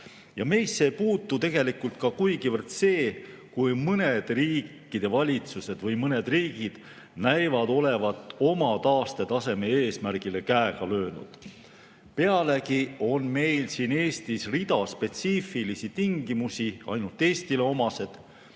Meisse ei puutu tegelikult kuigivõrd ka see, kui mõned riikide valitsused või mõned riigid näivad olevat oma taastetaseme eesmärgile käega löönud. Pealegi on meil siin Eestis rida spetsiifilisi tingimusi, ainult Eestile omased.